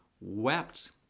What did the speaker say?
wept